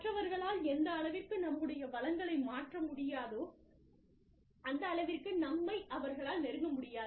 மற்றவர்களால் எந்த அளவிற்கு நம்முடைய வளங்களை மாற்ற முடியாதோ அந்த அளவிற்கு நம்மை அவர்களால் நெருங்க முடியாது